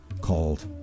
called